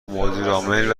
مدیرعامل